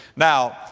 now,